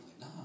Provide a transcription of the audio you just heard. No